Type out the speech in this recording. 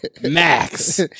Max